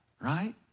Right